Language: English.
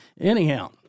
anyhow